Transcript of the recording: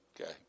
Okay